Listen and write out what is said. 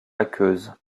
aqueuse